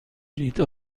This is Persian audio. بلیط